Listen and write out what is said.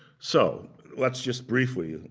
so let's just briefly, and